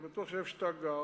אני בטוח שבמקום שאתה גר,